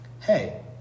hey